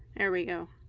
there we go,